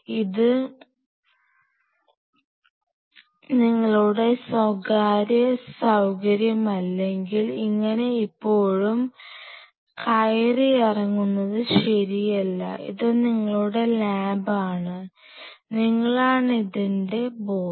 ഇത് നിങ്ങളുടെ സ്വകാര്യ സൌകര്യമല്ലെങ്കിൽ ഇങ്ങനെ ഇപ്പോഴും കയറി ഇറങ്ങുന്നത് ശരിയല്ല ഇത് നിങ്ങളുടെ ലാബാണ് നിങ്ങളാണിതിന്റെ ബോസ്